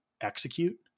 execute